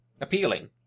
appealing